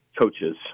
coaches